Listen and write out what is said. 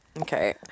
okay